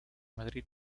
madrid